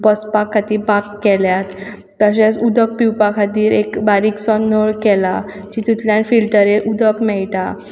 बसपा खातीर बांक केल्यात तशेंच उदक पिवपा खातीर एक बारीकसो नळ केला जितूंतल्यान फिल्टरेट उदक मेयटा